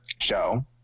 show